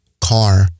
car